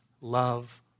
love